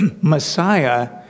Messiah